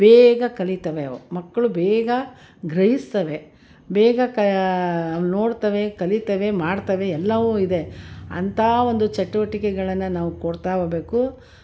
ಬೇಗ ಕಲಿತವೆ ಅವು ಮಕ್ಕಳು ಬೇಗ ಗ್ರಹಿಸ್ತವೆ ಬೇಗ ಕ ನೋಡ್ತವೆ ಕಲಿತವೆ ಮಾಡ್ತವೆ ಎಲ್ಲವೂ ಇದೆ ಅಂಥ ಒಂದು ಚಟುವಟಿಕೆಗಳನ್ನು ನಾವು ಕೊಡ್ತಾ ಹೋಗಬೇಕು